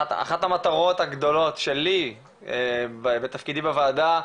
אחת המטרות הגדולות שלי בתפקידי בוועדה,